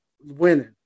winning